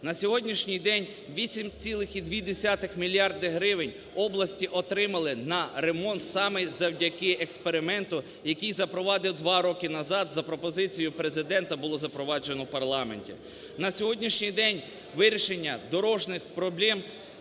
На сьогоднішній день 8,2 мільярда гривень області отримали на ремонт саме завдяки експерименту, який запровадив два роки назад за пропозицією Президента, було запроваджено в парламенті. На сьогоднішній день вирішення дорожніх проблем